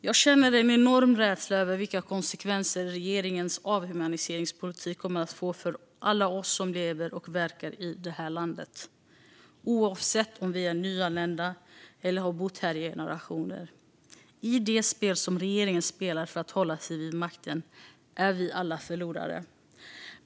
Jag känner en enorm rädsla över vilka konsekvenser regeringens avhumaniseringspolitik kommer att få för alla oss som lever och verkar i det här landet, oavsett om vi är nyanlända eller har bott här i generationer. I det spel som regeringen spelar för att hålla sig vid makten är vi alla förlorare.